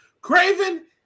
Craven